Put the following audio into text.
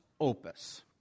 Opus